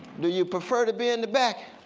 do you prefer to be in the back?